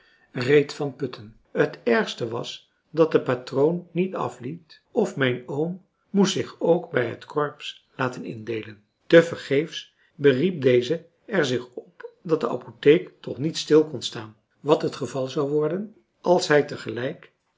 reed van putten het ergste was dat de patroon niet afliet of mijn oom moest zich ook bij het corps laten indeelen tevergeefs beriep deze er zich op dat de apotheek toch niet stil kon staan wat het geval zou worden als hij